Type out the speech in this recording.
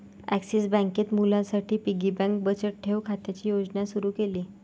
axis बँकेत मुलांसाठी piggy bank बचत ठेव खात्याची योजना सुरू केली